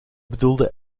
bedoelde